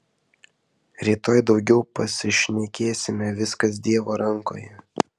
rytoj daugiau pasišnekėsime viskas dievo rankoje